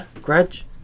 Grudge